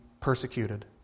persecuted